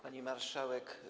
Pani Marszałek!